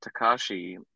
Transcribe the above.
takashi